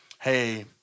hey